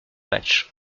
match